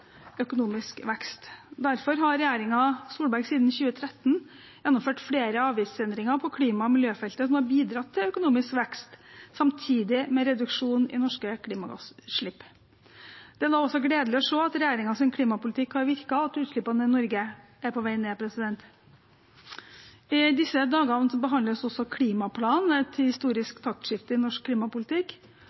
vekst. Derfor har regjeringen Solberg siden 2013 gjennomført flere avgiftsendringer på klima- og miljøfeltet som har bidratt til økonomisk vekst samtidig med reduksjon i norske klimagassutslipp. Det er da også gledelig å se at regjeringens klimapolitikk har virket, og at utslippene i Norge er på vei ned. I disse dagene behandles også klimaplanen, et historisk taktskifte i norsk klimapolitikk.